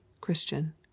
Christian